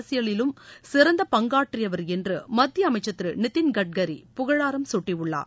அரசியலிலும் சிறந்த பங்காற்றியவர் என்று மத்திய அமைக்சர் திரு நிதின் கட்கரி புகழாரம் குட்டியுள்ளார்